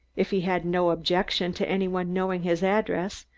if he had no objection to any one knowing his address,